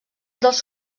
dels